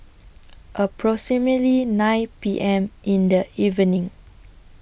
approximately nine P M in The evening